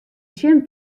tsjin